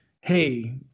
hey